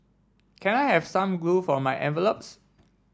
can I have some glue for my envelopes